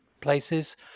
places